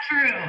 true